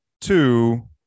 Two